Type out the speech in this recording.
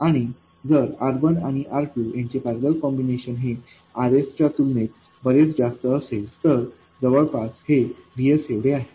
आणि जर R1आणि R2यांचे पैरलेल कॉम्बिनेशन हे RS तुलनेत बरेच जास्त असेल तर जवळपास हे VS एवढे आहे